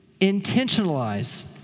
intentionalize